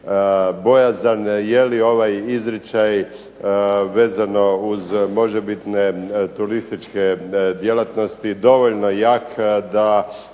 bojazan jeli ovaj izričaj vezano uz možebitne turističke djelatnosti dovoljno jak da